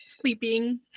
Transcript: Sleeping